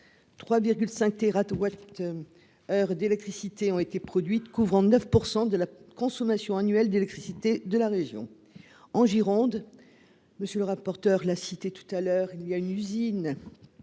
heure d'électricité ont été produites couvrant 9 % de la consommation annuelle d'électricité de la région en Gironde monsieur le rapporteur, la cité tout à l'heure, il y a une usine